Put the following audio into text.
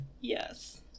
Yes